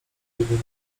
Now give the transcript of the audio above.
dumania